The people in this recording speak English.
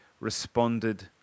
responded